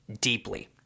deeply